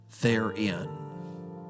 therein